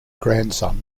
grandson